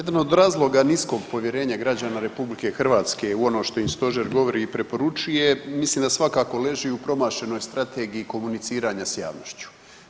Jedan od razloga niskog povjerenja građana RH u ono što im stožer govori i preporučuje mislim da svakako leži u promašenoj strategiji komuniciranja s javnošću.